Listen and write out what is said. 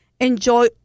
enjoy